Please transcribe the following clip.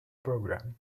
program